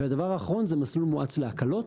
ודבר אחרון זה מסלול מואץ להקלות.